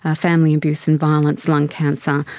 ah family abuse and violence, lung cancer,